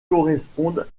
correspondent